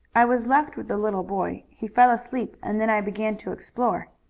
i was left with the little boy. he fell asleep and then i began to explore.